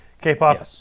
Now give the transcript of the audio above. K-pop